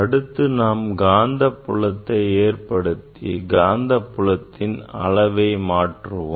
அடுத்து நாம் காந்தப்புலத்தை ஏற்படுத்தி காந்தப் புலத்தின் அளவை மாற்றுவோம்